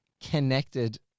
connected